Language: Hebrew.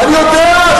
זה אחד הכלים, אני יודע.